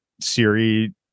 Siri